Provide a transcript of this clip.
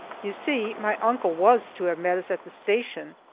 you see my uncle was to have met us at the station,